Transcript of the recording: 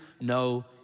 no